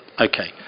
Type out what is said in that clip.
Okay